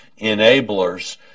enablers